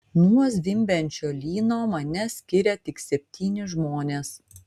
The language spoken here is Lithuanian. nuo zvimbiančio lyno mane skiria tik septyni žmonės